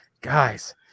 guys